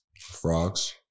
Frogs